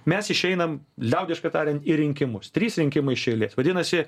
mes išeinam liaudiškai tariant į rinkimus trys rinkimai iš eilės vadinasi